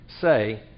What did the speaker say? say